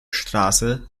straße